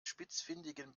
spitzfindigen